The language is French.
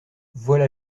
voilà